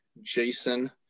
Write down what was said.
Jason